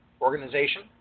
organization